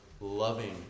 loving